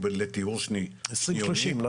הוא לטיהור של --- עשרים שלושים,